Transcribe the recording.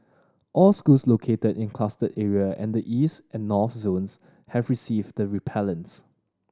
all schools located in cluster area and the East and North zones have received the repellents